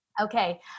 Okay